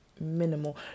minimal